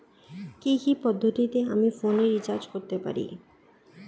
কি কি পদ্ধতিতে আমি ফোনে রিচার্জ করতে পারি?